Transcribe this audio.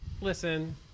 listen